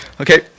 Okay